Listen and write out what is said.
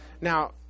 Now